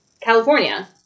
California